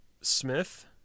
Smith